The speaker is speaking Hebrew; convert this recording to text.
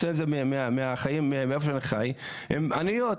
הן עניות,